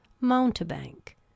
mountebank